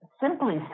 simply